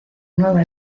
nueva